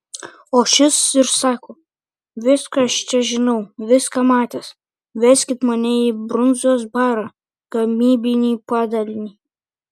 o šis ir sako viską aš čia žinau viską matęs veskit mane į brundzos barą gamybinį padalinį